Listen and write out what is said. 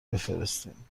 بفرستین